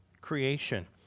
creation